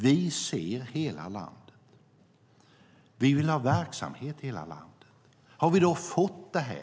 Vi ser hela landet. Vi vill ha verksamhet i hela landet. Har vi då fått detta? Ja.